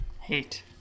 Hate